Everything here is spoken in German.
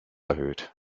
erhöht